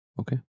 Okay